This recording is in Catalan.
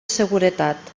seguretat